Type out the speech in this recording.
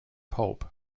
hope